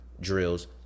drills